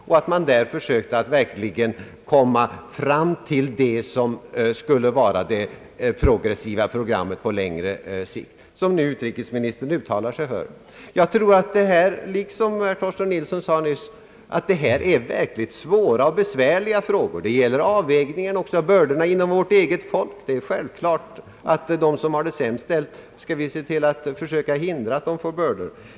Då kunde utredningen ha möjligheter att på längre sikt utforma ett verkligt progressivt program, något som utrikesministern nu uttalar sig för. Torsten Nilsson sade nyss att detta är verkligt svåra och besvärliga frågor — det gäller avvägningen också av bördorna inom vårt eget folk. Självklart skall vi försöka hindra att de sämst ställda får ökade bördor.